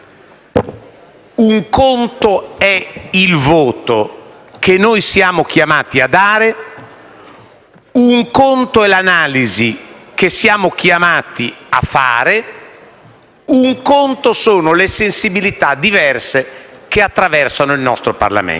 un conto è il voto che noi siamo chiamati a dare, un conto è l'analisi che siamo chiamati a fare, un conto sono le sensibilità diverse che attraversano il nostro Parlamento.